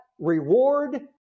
Reward